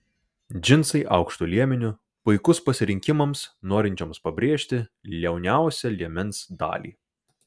džinsai aukštu liemeniu puikus pasirinkimams norinčioms pabrėžti liauniausią liemens dalį